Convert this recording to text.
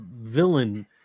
villain